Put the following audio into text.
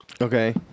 Okay